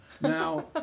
Now